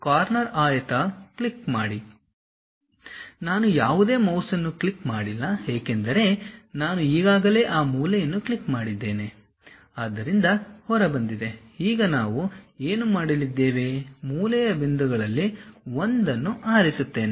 corner ಆಯತ click ಮಾಡಿ ನಾನು ಯಾವುದೇ ಮೌಸ್ ಅನ್ನು ಕ್ಲಿಕ್ ಮಾಡಿಲ್ಲ ಏಕೆಂದರೆ ನಾನು ಈಗಾಗಲೇ ಆ ಮೂಲೆಯನ್ನು ಕ್ಲಿಕ್ ಮಾಡಿದ್ದೇನೆ ಅದರಿಂದ ಹೊರಬಂದಿದೆ ಈಗ ನಾವು ಏನು ಮಾಡಲಿದ್ದೇವೆ ಮೂಲೆಯ ಬಿಂದುಗಳಲ್ಲಿ ಒಂದನ್ನು ಆರಿಸುತ್ತೇನೆ